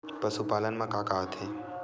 पशुपालन मा का का आथे?